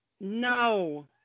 No